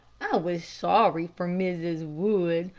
was sorry for mrs. wood,